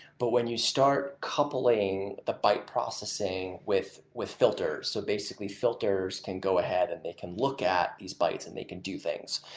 but when you start coupling the byte processing with with filters. so basically, filters can go ahead and they can look at these bytes and they can do things.